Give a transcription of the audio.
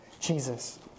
Jesus